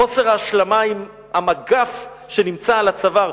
חוסר ההשלמה עם המגף שנמצא על הצוואר,